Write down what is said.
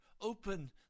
open